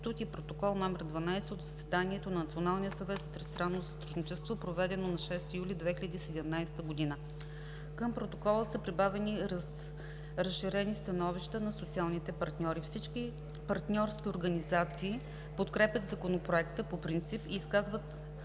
Протокол № 12 от заседанието на Националния съвет за тристранно сътрудничество, проведено на 6 юли 2017 г. Към Протокола са прибавени разширените становища на социалните партньори. Всички партньорски организации подкрепят Законопроекта по принцип и изказват